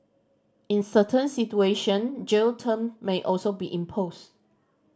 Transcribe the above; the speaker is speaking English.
in certain situation jail term may also be imposed